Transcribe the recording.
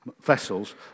vessels